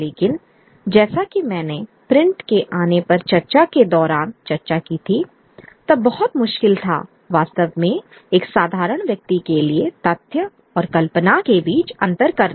लेकिन जैसा कि मैंने प्रिंट के आने पर चर्चा के दौरान चर्चा की थी तब बहुत मुश्किल था वास्तव में एक साधारण व्यक्ति के लिए तथ्य और कल्पना के बीच अंतर करना